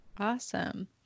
Awesome